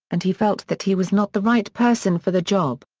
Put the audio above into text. and he felt that he was not the right person for the job.